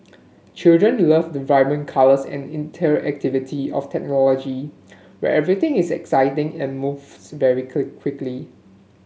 children love the vibrant colours and interactivity of technology where everything is exciting and moves very quickly